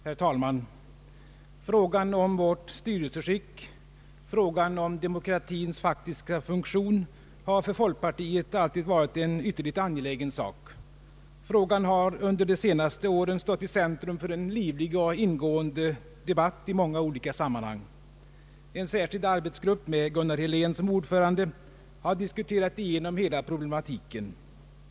Herr talman! Frågan om vårt styrelseskick, frågan om demokratins faktiska funktion, har för folkpartiet alltid varit ytterligt angelägen. Under de senaste åren har denna fråga stått i centrum för en livlig och ingående debatt i många olika sammanhang. En särskild arbetsgrupp med Gunnar Helén som ordförande har diskuterat igenom hela problematiken.